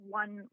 one